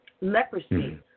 leprosy